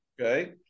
Okay